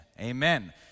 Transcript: amen